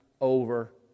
over